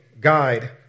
guide